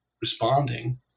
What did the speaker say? responding